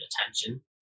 attention